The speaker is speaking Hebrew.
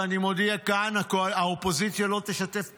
ואני מודיע כאן: האופוזיציה לא תשתף פעולה.